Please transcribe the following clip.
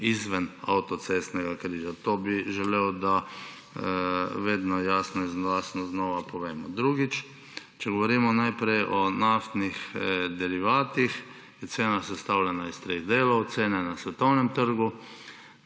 izven avtocestnega križa. To bi želel, da vedno jasno in glasno znova povemo. Drugič, če govorimo najprej o naftnih derivatih, je cena sestavljena iz treh delov: iz cene na svetovnem trgu,